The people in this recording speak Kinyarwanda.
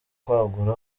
kwagura